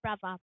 brother